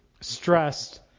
stressed